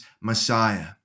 Messiah